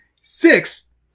six